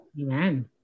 Amen